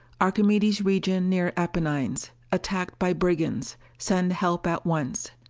archimedes region near apennines. attacked by brigands. send help at once.